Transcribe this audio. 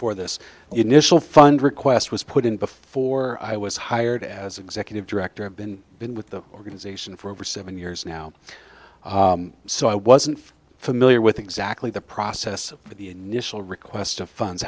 for this initial fund request was put in before i was hired as executive director of been been with the organization for over seven years now so i wasn't familiar with exactly the process of the initial request of funds